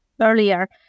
earlier